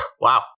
Wow